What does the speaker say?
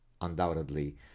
undoubtedly